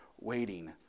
waiting